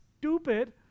stupid